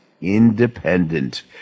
independent